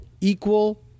equal